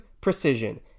precision